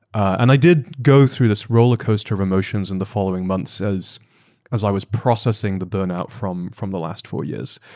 and i did go through this rollercoaster of emotions in the following months as as i was processing the burnout from from the last four years.